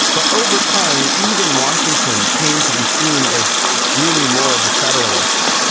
but over time even washington came to be seen as really more of a federalist.